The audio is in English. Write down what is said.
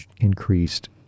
increased